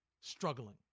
struggling